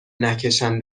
نکشن